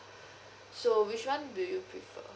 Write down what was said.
so which [one] do you prefer